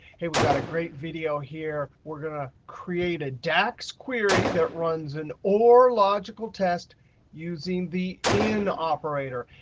hey, we've got a great video here. we're going to create a dax query that runs an or logical test using the in operator.